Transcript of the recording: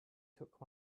took